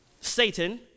Satan